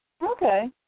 Okay